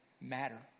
matter